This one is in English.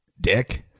dick